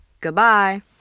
Goodbye